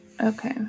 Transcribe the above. Okay